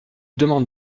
demande